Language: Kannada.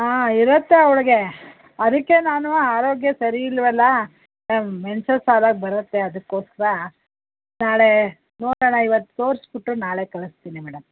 ಹಾಂ ಇರುತ್ತೆ ಅವ್ಳಿಗೆ ಅದಕ್ಕೆ ನಾನು ಆರೋಗ್ಯ ಸರಿಯಿಲ್ಲವಲ್ಲ ಮೆನ್ಸಸ್ ಆದಾಗ ಬರುತ್ತೆ ಅದಕ್ಕೋಸ್ಕ್ರ ನಾಳೆ ನೋಡೋಣ ಇವತ್ತು ತೋರ್ಸ್ಬಿಟ್ಟು ನಾಳೆ ಕಳಿಸ್ತೀನಿ ಮೇಡಮ್